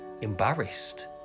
embarrassed